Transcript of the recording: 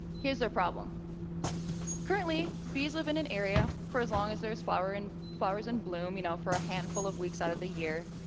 here's our problem currently, bees live in an area for as long as there are flowers and flowers in bloom you know for a handful of weeks out of the year,